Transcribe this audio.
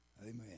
Amen